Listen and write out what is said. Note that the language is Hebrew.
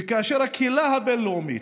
וכאשר הקהילה הבין-לאומית,